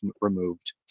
removed